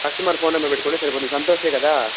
customer phone number పెట్టుకోండి సరిపోతుంది సంతోషే కదా